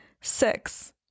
Six